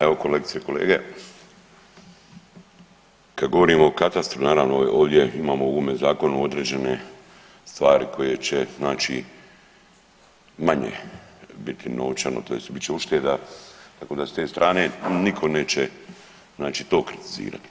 Evo kolegice i kolege, kad govorimo o katastru naravno ovdje imamo u ovome zakonu određene stvari koje će znači manje biti novčano tj. bit će ušteda tako da s te strane nitko neće znači to kritizirati.